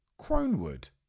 Cronewood